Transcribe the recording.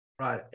Right